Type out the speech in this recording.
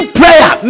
prayer